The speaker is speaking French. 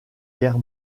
guerre